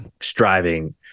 striving